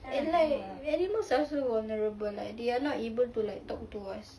and like animals are so vulnerable like they are not even to like talk to us